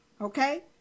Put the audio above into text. Okay